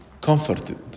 comforted